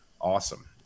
awesome